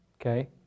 Okay